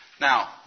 Now